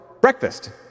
breakfast